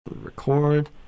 record